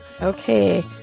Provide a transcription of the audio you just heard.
Okay